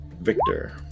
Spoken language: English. Victor